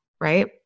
right